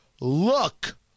look